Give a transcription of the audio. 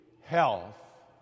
health